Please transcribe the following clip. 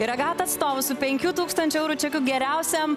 ir agat atstovus su penkių tūkstančių eurų čekiu geriausiam